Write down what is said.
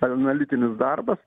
analitinis darbas